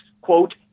quote